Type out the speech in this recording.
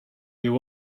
you